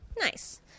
Nice